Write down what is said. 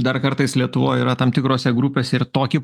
dar kartais lietuvoj yra tam tikrose grupėse ir tokį